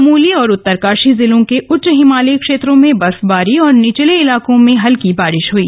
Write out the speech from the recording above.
चमोली और उत्तरकाशी जिलों के उच्च हिमालयी क्षेत्रों में बर्फबारी और निचले इलाकों में हल्की बारिश हुई